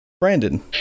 Brandon